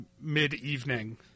mid-evening